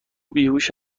بیهوش